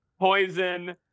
poison